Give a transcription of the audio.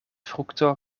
frukto